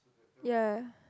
ya